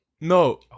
no